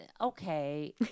okay